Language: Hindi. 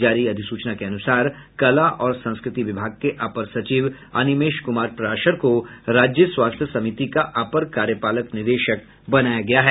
जारी अधिसूचना के अनुसार कला और संस्कृति विभाग के अपर सचिव अनिमेष कुमार पराशर को राज्य स्वास्थ्य समिति का अपर कार्यपालक निदेशक बनाया गया है